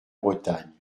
bretagne